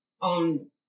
on